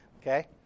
Okay